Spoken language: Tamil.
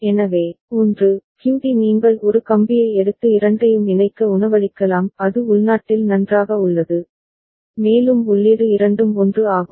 எனவே 1 க்யூடி நீங்கள் ஒரு கம்பியை எடுத்து இரண்டையும் இணைக்க உணவளிக்கலாம் அது உள்நாட்டில் நன்றாக உள்ளது மேலும் உள்ளீடு இரண்டும் 1 ஆகும்